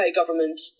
government